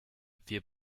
wir